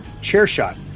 CHAIRSHOT